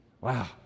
Wow